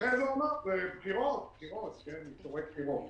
ולכן הוא אמר: בחירות, בחירות, שיקולי בחירות.